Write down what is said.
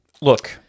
Look